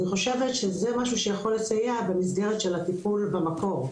אני חושבת שזה משהו שיכול לסייע במסגרת של הטיפול במקום,